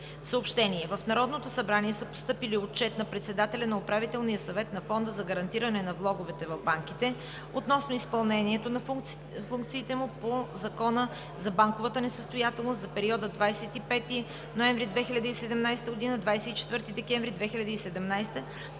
В Народното събрание са постъпили Отчет на председателя на Управителния съвет на Фонда за гарантиране на влоговете в банките относно изпълнението на функциите му по Закона за банковата несъстоятелност за периода 25 ноември 2017 г. – 24 декември 2017